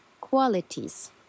qualities